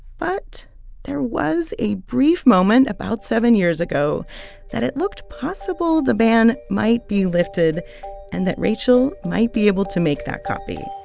but there was a brief moment about seven years ago that it looked possible the ban might be lifted and that rachel might be able to make that copy.